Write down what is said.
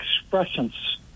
expressions